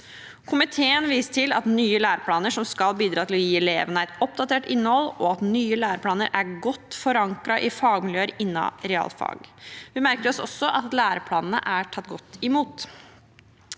Komiteen viser til nye læreplaner som skal bidra til å gi elevene et oppdatert innhold, og at de nye læreplanene er godt forankret i fagmiljøer innen realfag. Vi merker oss også at læreplanene er tatt godt imot.